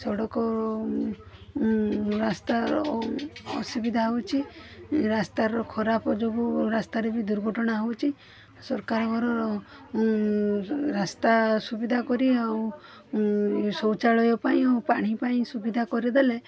ସଡ଼କ ରାସ୍ତାର ଅସୁବିଧା ହେଉଛି ରାସ୍ତାର ଖରାପ ଯୋଗୁଁ ରାସ୍ତାରେ ବି ଦୁର୍ଘଟଣା ହେଉଛି ସରକାରଙ୍କର ରାସ୍ତା ସୁବିଧା କରି ଆଉ ଶୌଚାଳୟ ପାଇଁ ପାଣି ପାଇଁ ସୁବିଧା କରିଦେଲେ